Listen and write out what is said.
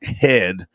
head